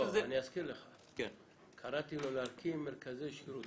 לא, אני אזכיר לך, קראתי לו להקים מרכזי שירות.